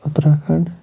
Uttarakhand